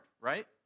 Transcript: right